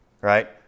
right